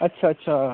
अच्छा अच्छा